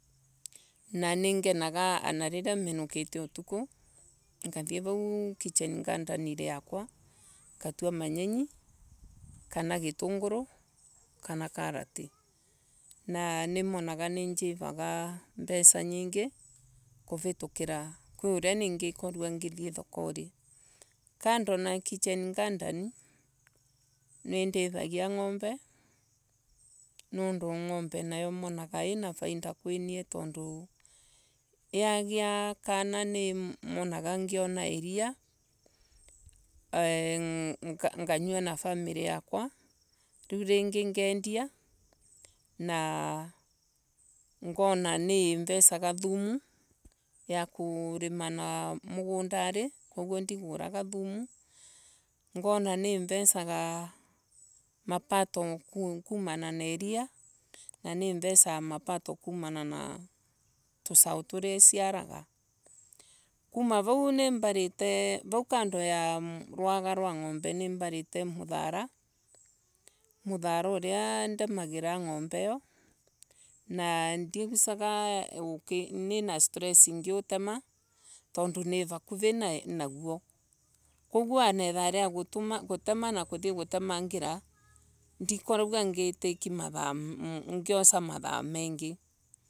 Na ningenaga riria minukire utuku ngathii vau kitchen garden yakwa ngatua manyinyi. kana gitungiro kana karati na nimonaga ninjivaga mbeca nyiingi kuvitukira. Kwi uria ninaikorwa ngithii thokari. Kando na kitchen garden. nindithagia ngombe nondu ngombe monaga ina faida kwinie tondu yagia kana nimonaga nyigia iria Eeh nganyua na famiri yakwa. riu ringi ngendia na ngona niivesaga thumu ya kurima mugundari koguo ndiguraga thumu. Ngona niivecaga mapato kumana na iria na tuvau turia isiaraga. Kima vau vau kando ya rwaga nimbarite muthara muthara ngiutema tondu nivakuvi koguo ana ithaa ria kuthii gutemangira ndikoragwa ngitake mathaa mengi.